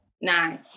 Nine